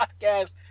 podcast